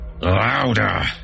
Louder